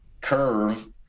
curve